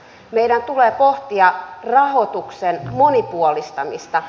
meidän tulee pohtia rahoituksen monipuolistamista